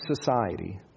society